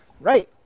Right